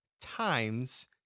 times